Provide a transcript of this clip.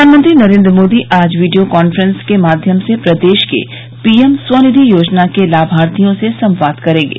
प्रधानमंत्री नरेन्द्र मोदी आज video conference के माध्यम से प्रदेश के पीएम स्वनिधि योजना के लाभार्थियों से संवाद करेंगे